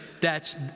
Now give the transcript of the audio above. thats